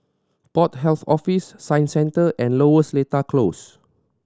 Port Health Office Science Centre and Lower Seletar Close